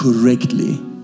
correctly